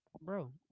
bro